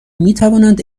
میتوانند